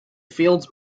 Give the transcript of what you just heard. fields